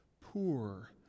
poor